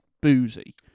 boozy